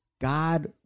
God